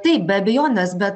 taip be abejonės bet